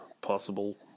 possible